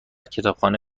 کتابخانه